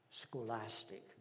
scholastic